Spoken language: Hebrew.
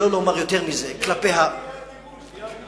שלא לומר יותר מזה, עוד מעט יהיה גירוש.